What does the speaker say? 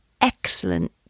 excellent